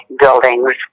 buildings